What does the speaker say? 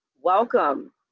welcome